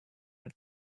are